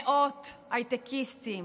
מאות הייטקיסטים,